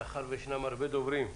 מאחר שישנם הרבה דוברים,